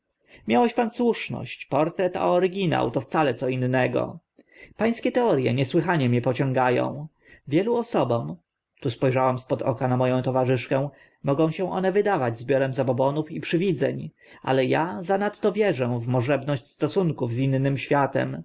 miałeś pan słuszność portret a oryginał to wcale co innego pańskie teorie niesłychanie mię pociąga ą wielu osobom tu spo rzałam spod oka na mo ą towarzyszkę mogą się one wydawać zbiorem zabobonów i przywidzeń ale a zanadto wierzę w możebność stosunków z innym światem